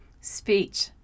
Speech